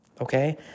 Okay